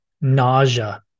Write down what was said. nausea